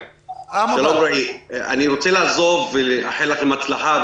אני רוצה לעזוב ולאחל לכם הצלחה,